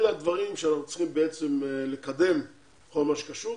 אלה הדברים שאנחנו צריכים בעצם לקדם בכל מה שקורה,